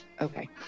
okay